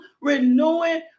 renewing